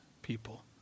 people